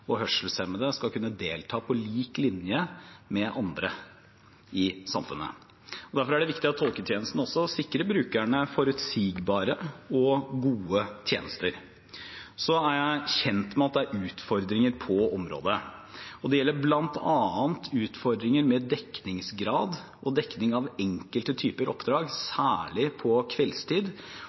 og hørselshemmede skal kunne delta i samfunnet på lik linje med andre. Det er derfor viktig at tolketjenesten sikrer brukerne forutsigbare og gode tjenester. Jeg er kjent med at det er utfordringer på området. Det gjelder bl.a. utfordringer med dekningsgrad og dekning av enkelte typer oppdrag, særlig på